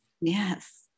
Yes